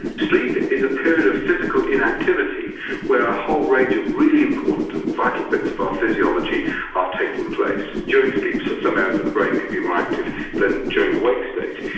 sleep is a period of physical inactivity where a whole range of really important and vital bits of our physiology are taking place. during sleep sleep some areas of the brain could be more active than during the wake state,